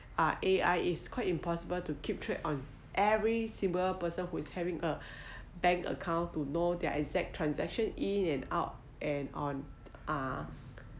uh A_I is quite impossible to keep track on every single person who is having a bank account to know their exact transaction in and out and on uh